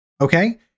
Okay